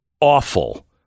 awful